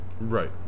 Right